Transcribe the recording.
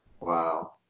Wow